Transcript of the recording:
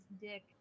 Dick